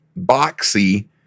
boxy